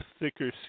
thicker